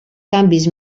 canvis